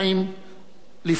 לפני 40 שנה,